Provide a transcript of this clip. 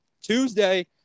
Tuesday